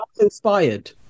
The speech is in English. inspired